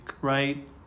right